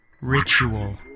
Ritual